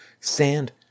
sand